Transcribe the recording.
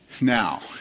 now